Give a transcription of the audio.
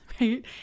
right